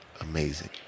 amazing